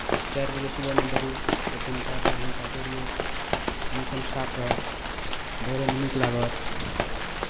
चारि बजे सुबहमे दौड़ू एक घण्टा डेढ़ घण्टा दौड़िऔ मौसम साफ रहत दौड़यमे नीक लागत